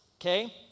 Okay